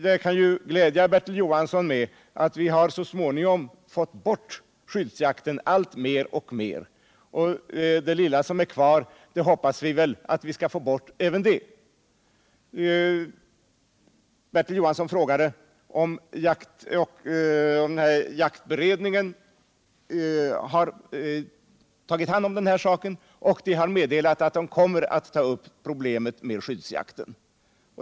Jag kan glädja Bertil Johansson med att vi så småningom fått bort skyddsjakten i allt större utsträckning. Det lilla som finns kvar av den hoppas vi också få bort. Bertil Johansson frågade om jaktoch viltvårdsberedningen har tagit hand om detta ärende. Beredningen har meddelat att den kommer att ta upp problemet med skyddsjakten.